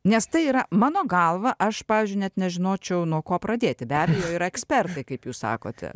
nes tai yra mano galva aš pavyzdžiui net nežinočiau nuo ko pradėti be abejo yra ekspertai kaip jūs sakote